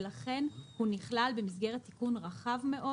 ולכן הוא נכלל במסגרת תיקון רחב מאוד